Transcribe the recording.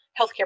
healthcare